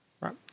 Right